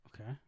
Okay